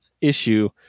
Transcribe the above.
issue